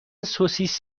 سوسیس